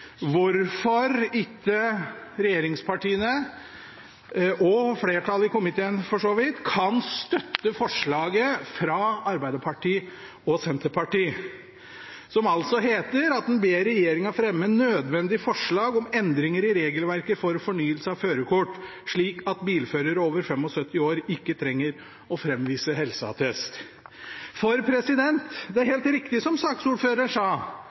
hvorfor ikke regjeringspartiene – for så vidt også flertallet i komiteen – kan støtte forslaget fra Arbeiderpartiet og Senterpartiet, hvor det heter: «Stortinget ber regjeringen fremme nødvendige forslag om endringer i regelverket for fornyelse av førerkort, slik at bilførere over 75 år ikke trenger å fremvise helseattest Det er helt riktig, som saksordføreren sa,